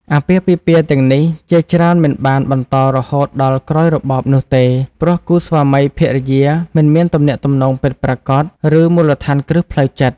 អាពាហ៍ពិពាហ៍ទាំងនេះជាច្រើនមិនបានបន្តរហូតដល់ក្រោយរបបនោះទេ ព្រោះគូស្វាមីភរិយាមិនមានទំនាក់ទំនងពិតប្រាកដឬមូលដ្ឋានគ្រឹះផ្លូវចិត្ត។